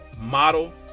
model